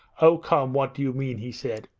oh, come, what do you mean he said,